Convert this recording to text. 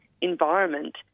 environment